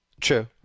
True